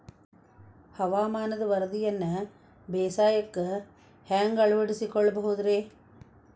ಹವಾಮಾನದ ವರದಿಯನ್ನ ಬೇಸಾಯಕ್ಕ ಹ್ಯಾಂಗ ಅಳವಡಿಸಿಕೊಳ್ಳಬಹುದು ರೇ?